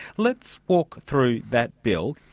let's walk through that bill.